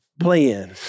playing